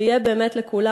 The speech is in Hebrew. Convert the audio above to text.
שיהיו באמת לכולם,